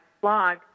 blog